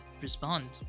respond